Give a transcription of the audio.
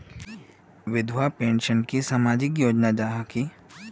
विधवा पेंशन की सामाजिक योजना जाहा की?